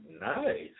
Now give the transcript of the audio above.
nice